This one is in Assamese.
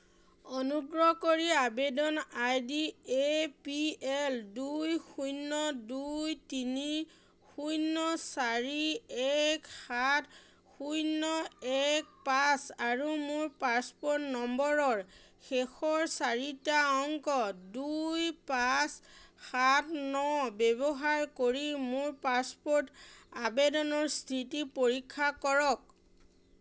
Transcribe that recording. অনুগ্ৰহ কৰি আবেদন I D A P L দুই শূন্য দুই তিনি শূন্য চাৰি এক সাত শূন্য এক পাঁচ আৰু মোৰ পাছপোৰ্ট নম্বৰৰ শেষৰ চাৰিটা অংক দুই পাঁচ সাত ন ব্যৱহাৰ কৰি মোৰ পাছপোৰ্ট আবেদনৰ স্থিতি পৰীক্ষা কৰক